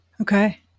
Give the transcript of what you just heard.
Okay